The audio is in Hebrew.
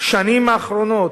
בשנים האחרונות,